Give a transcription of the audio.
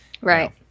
right